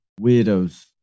weirdos